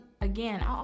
again